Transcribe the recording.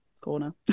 corner